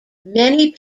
many